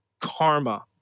karma